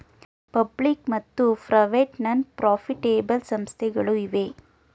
public ಮತ್ತು private non profitable ಸಂಸ್ಥೆಗಳು ಇವೆ